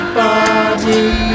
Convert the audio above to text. body